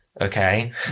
Okay